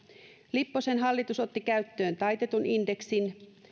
lipposen hallitus otti käyttöön taitetun indeksin